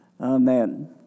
Amen